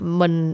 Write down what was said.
mình